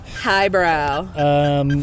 Highbrow